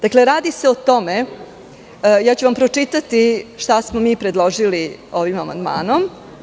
Dakle, radi se o tome, pročitaću vam šta smo mi predložili ovim amandmanom.